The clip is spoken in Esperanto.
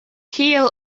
kiel